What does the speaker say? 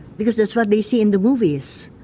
because that's what they see in the movies,